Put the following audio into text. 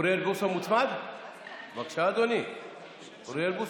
אדוני טועה.